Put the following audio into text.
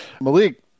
Malik